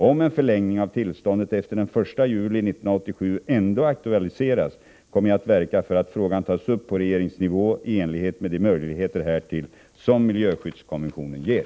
Om en förlängning av tillståndet efter den 1 juli 1987 ändå aktualiseras kommer jag att verka för att frågan tas upp på regeringsnivå i enlighet med de möjligheter härtill som miljöskyddskonventionen ger.